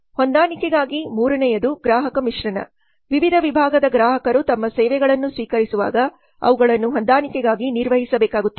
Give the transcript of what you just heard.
ಹೊಂದಾಣಿಕೆಗಾಗಿ ಮೂರನೇಯದು ಗ್ರಾಹಕ ಮಿಶ್ರಣ ವಿವಿಧ ವಿಭಾಗದ ಗ್ರಾಹಕರು ನಮ್ಮ ಸೇವೆಗಳನ್ನು ಸ್ವೀಕರಿಸುವಾಗ ಅವುಗಳನ್ನು ಹೊಂದಾಣಿಕೆಗಾಗಿ ನಿರ್ವಹಿಸಬೇಕಾಗುತ್ತದೆ